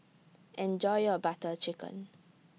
Enjoy your Butter Chicken